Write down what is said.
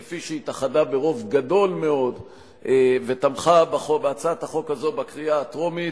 כפי שהתאחדה ברוב גדול מאוד ותמכה בהצעת החוק הזאת בקריאה הטרומית,